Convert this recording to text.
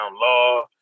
Law